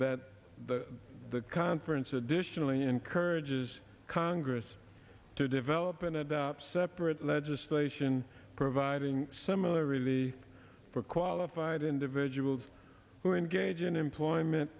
that the conference additionally encourages congress to develop and add up separate legislation providing similarly for qualified individuals who engage in employment